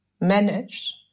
manage